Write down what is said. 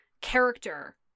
character